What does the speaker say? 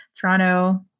Toronto